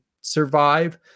survive